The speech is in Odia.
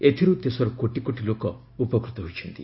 ଏଥିରୁ ଦେଶର କୋଟି କୋଟି ଲୋକ ଉପକୃତ ହୋଇଛନ୍ତି